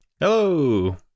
Hello